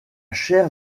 chair